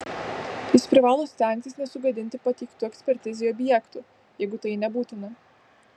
jis privalo stengtis nesugadinti pateiktų ekspertizei objektų jeigu tai nebūtina